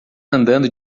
andando